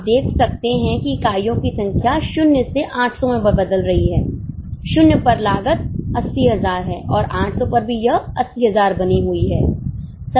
आप देख सकते हैं कि इकाइयों की संख्या 0 से 800 में बदल रही है 0 पर लागत 80000 है और 800 पर भी यह 80000 बनी हुई है